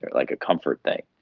like a comfort thing.